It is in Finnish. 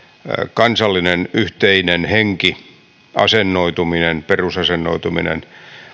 kansallinen yhteinen henki perusasennoituminen perusasennoituminen